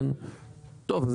טוב,